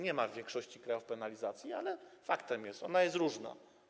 Nie ma w większości krajów penalizacji, ale faktem jest, że ona jest różna.